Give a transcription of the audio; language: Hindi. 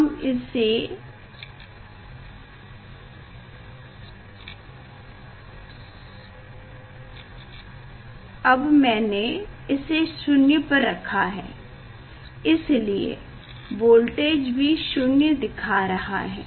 अब इसे मैंने शून्य पर रखा है इसलिए वोल्टेज भी शून्य दिखा रहा है